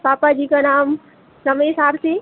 पापा जी का नाम रमेश आरसी